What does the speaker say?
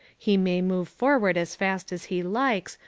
he may move forward as fast as he likes,